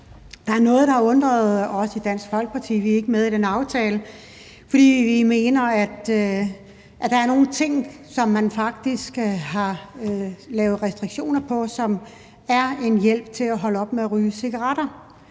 Der er noget, der har undret os i Dansk Folkeparti. Vi er ikke med i den aftale, fordi vi mener, at der er nogle ting, som man faktisk har lavet restriktioner på, som er en hjælp til at holde op med at ryge cigaretter,